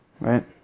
right